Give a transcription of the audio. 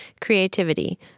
creativity